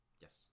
yes